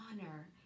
honor